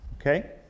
Okay